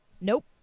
Nope